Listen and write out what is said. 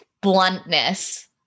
bluntness